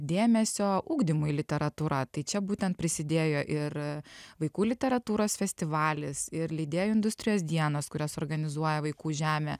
dėmesio ugdymui literatūra tai čia būtent prisidėjo ir vaikų literatūros festivalis ir lydėjo industrijos dienos kurias organizuoja vaikų žemė